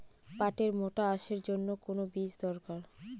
পাটের মোটা আঁশের জন্য কোন বীজ দরকার?